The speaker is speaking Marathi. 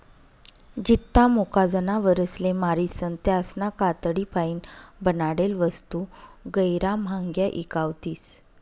जित्ता मुका जनावरसले मारीसन त्यासना कातडीपाईन बनाडेल वस्तू गैयरा म्हांग्या ईकावतीस